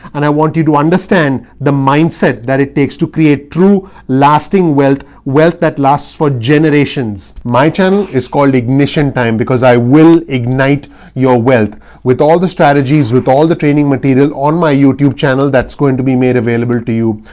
and i want you to understand the mindset that it takes to create true lasting wealth, wealth that lasts for generations. my channel is called ignition time because i will ignite your wealth with all the strategies, with all the training material on my youtube channel. that's going to be made available to you.